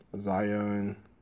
Zion